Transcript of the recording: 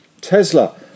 Tesla